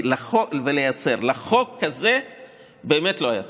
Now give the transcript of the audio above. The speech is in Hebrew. כי לחוק הזה באמת לא היה תקדים.